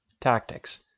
tactics